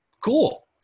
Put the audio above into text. Cool